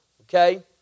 okay